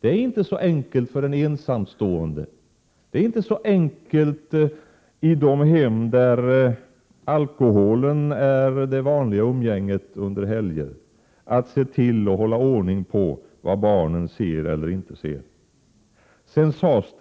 Det är inte så enkelt för en ensamstående och det är inte så enkelt i de hem där alkoholen är det vanliga i umgänget under helgen att hålla ordning på vad barnen ser eller inte ser. Det sades